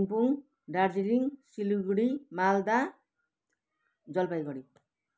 Kalimpong Darjeeling Siliguri Malda Jalpaiguri